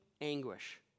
anguish